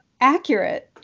accurate